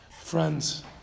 Friends